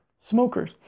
smokers